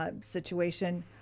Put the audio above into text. Situation